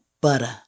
butter